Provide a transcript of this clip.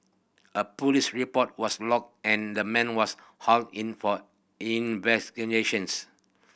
a police report was lodged and the man was hauled in for investigations